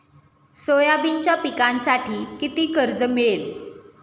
सोयाबीनच्या पिकांसाठी किती कर्ज मिळेल?